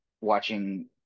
watching